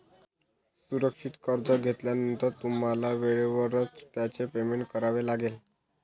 सुरक्षित कर्ज घेतल्यानंतर तुम्हाला वेळेवरच त्याचे पेमेंट करावे लागेल